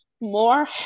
more